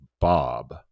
Bob